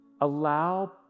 allow